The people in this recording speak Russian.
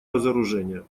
разоружения